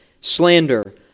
slander